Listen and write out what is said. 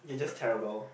you just terrible